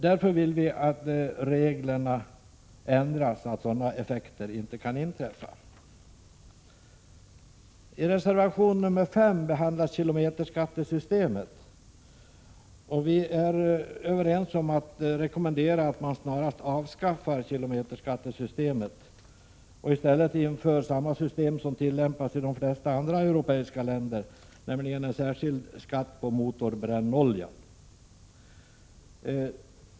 Vi vill därför att reglerna ändras så att sådana effekter inte kan inträffa. I reservation 5 behandlas kilometerskattesystemet. Vi är överens om att rekommendera att man snarast avskaffar kilometerskattesystemet och i stället inför samma system som tillämpas i de flesta andra europeiska länder, nämligen särskild skatt på motorbrännolja.